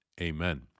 Amen